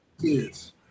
kids